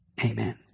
amen